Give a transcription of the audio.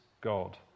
God